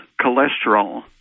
cholesterol